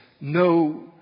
no